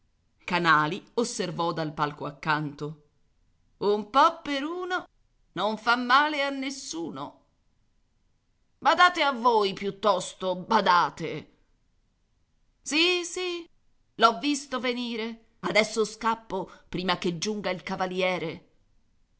canali osservò dal palco accanto un po per uno non fa male a nessuno badate a voi piuttosto badate sì sì l'ho visto venire adesso scappo prima che giunga il cavaliere